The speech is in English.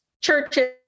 churches